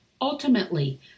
ultimately